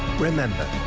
remember,